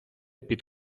під